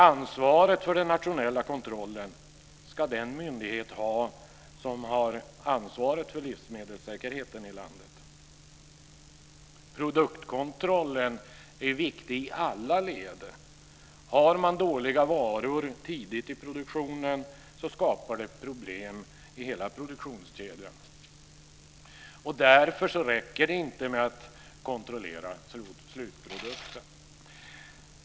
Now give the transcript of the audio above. Ansvaret för den nationella kontrollen ska den myndighet ha som har ansvaret för livsmedelssäkerheten i landet. Produktkontrollen är viktig i alla led. Om man har dåliga varor tidigt i produktionen skapar det problem i hela produktionskedjan. Därför räcker det inte med att kontrollera slutprodukten.